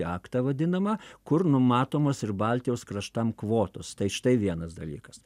aktą vadinamą kur numatomos ir baltijos kraštam kvotos tai štai vienas dalykas